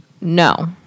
No